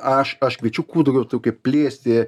aš aš kviečiu kuo daugiau kaip plėsti